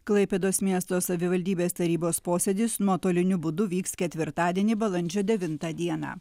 klaipėdos miesto savivaldybės tarybos posėdis nuotoliniu būdu vyks ketvirtadienį balandžio devintą dieną